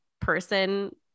person